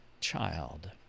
child